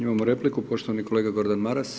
Imamo repliku, poštovani kolega Gordan Maras.